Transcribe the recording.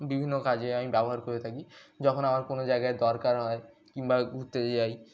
বিভিন্ন কাজে আমি ব্যবহার করে থাকি যখন আমার কোনো জায়গায় দরকার হয় কিংবা ঘুরতে যাই